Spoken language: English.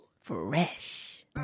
Fresh